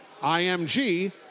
IMG